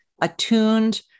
attuned